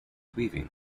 weaving